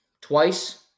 twice